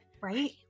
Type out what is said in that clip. Right